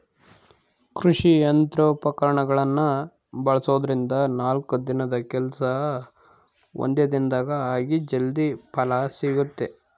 ಕೃಷಿ ಯಂತ್ರೋಪಕರಣಗಳನ್ನ ಬಳಸೋದ್ರಿಂದ ನಾಲ್ಕು ದಿನದ ಕೆಲ್ಸ ಒಂದೇ ದಿನದಾಗ ಆಗಿ ಜಲ್ದಿ ಫಲ ಸಿಗುತ್ತೆ